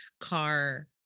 car